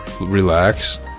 relax